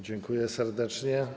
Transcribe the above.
Dziękuję serdecznie.